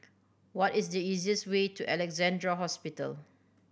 what is the easiest way to Alexandra Hospital